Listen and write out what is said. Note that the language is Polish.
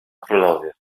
królowie